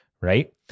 right